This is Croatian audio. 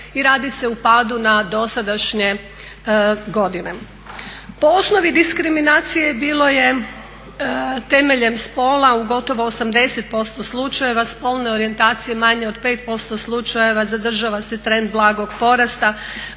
i radi se u padu na dosadašnje godine. Po osnovi diskriminacije bilo je temeljem spola u gotovo 80% slučajeva spolne orijentacije manje od 5% slučajeva, zadržava se trend blagog porasta